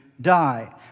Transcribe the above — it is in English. die